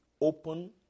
open